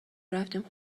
رفتیم